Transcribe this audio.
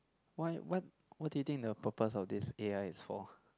why what what do you think the purpose of this a_i is for